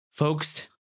Folks